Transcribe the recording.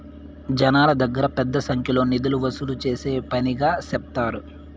జనాల దగ్గర పెద్ద సంఖ్యలో నిధులు వసూలు చేసే పనిగా సెప్తారు